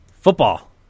Football